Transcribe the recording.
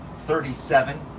thirty seven.